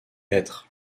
être